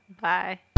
Bye